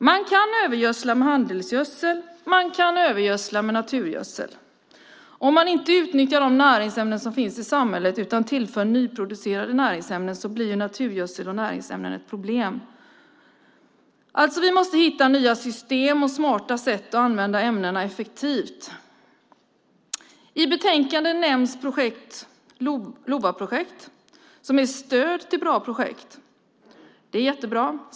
Man kan övergödsla med handelsgödsel, och man kan övergödsla med naturgödsel. Om man inte utnyttjar de näringsämnen som finns i samhället utan tillför nyproducerade näringsämnen blir naturgödsel och näringsämnen ett problem. Vi måste hitta nya system och smarta sätt att använda ämnena effektivt. I betänkandet nämns LOVA, som ger stöd till bra projekt. Det är mycket bra.